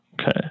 Okay